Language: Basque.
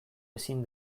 ezin